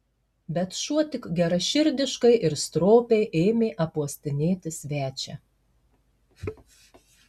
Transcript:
bet šuo tik geraširdiškai ir stropiai ėmė apuostinėti svečią